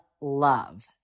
love